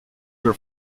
her